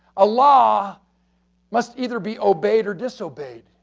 a law must either be obeyed or disobeyed.